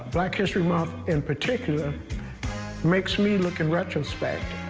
black history month in particular makes me look in retrospect